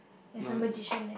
no eh